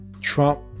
Trump